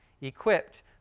equipped